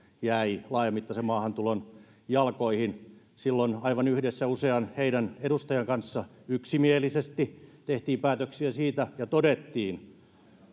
jäi laajamittaisen maahantulon jalkoihin silloin aivan yhdessä usean heidän edustajansa kanssa yksimielisesti tehtiin päätöksiä siitä ja todettiin